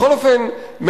בכל אופן,